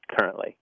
Currently